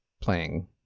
playing